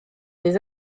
des